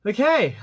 Okay